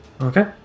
Okay